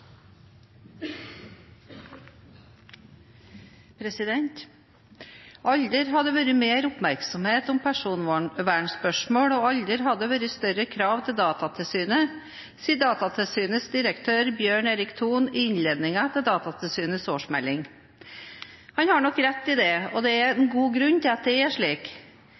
og aldri har det vært større krav til Datatilsynet», sier Datatilsynets direktør, Bjørn Erik Thon, i innledningen til Datatilsynets årsmelding. Han har nok rett i det, og det er med god grunn det er slik.